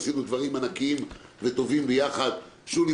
עשינו דברים ענקיים וטובים ביחד: שולי